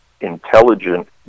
intelligent